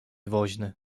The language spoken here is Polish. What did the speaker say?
woźny